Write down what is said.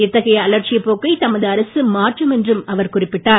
இத்தகைய அலட்சியப் போக்கை தமது அரசு மாற்றும் என்றும் அவர் குறிப்பிட்டார்